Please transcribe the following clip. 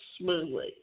smoothly